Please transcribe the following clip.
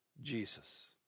Jesus